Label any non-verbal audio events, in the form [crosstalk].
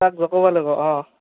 তাক [unintelligible] লাগিব অঁ